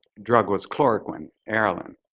drug was chloroquine, aralen,